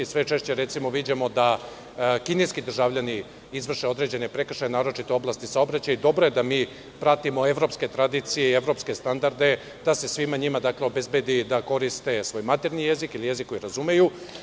Sve češće, recimo, viđamo da kineski državljani izvrše određene prekršaje, naročito u oblasti saobraćaja i dobro je da mi pratimo evropske tradicije i evropske standarde, da se svima njima obezbedi da koriste svoj maternji jezik, ili jezik koji razumeju.